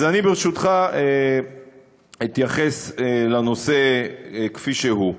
אז אני, ברשותך, אתייחס לנושא כפי שהוא.